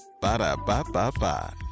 Ba-da-ba-ba-ba